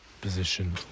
position